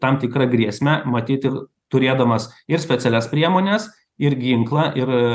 tam tikrą grėsmę matyt ir turėdamas ir specialias priemones ir ginklą ir